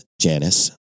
Janice